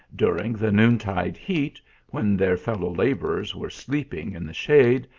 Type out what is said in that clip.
during the noon-tide heat when their fellow labourers were sleeping in the shade,